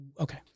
okay